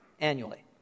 annually